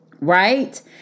right